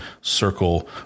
circle